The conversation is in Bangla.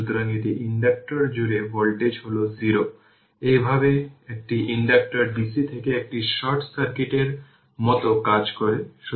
সুতরাং একটি ইন্ডাক্টর জুড়ে ভোল্টেজ হল 0 এইভাবে একটি ইন্ডাকটর dc থেকে একটি শর্ট সার্কিটের মতো কাজ করে